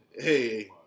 Hey